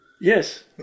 Yes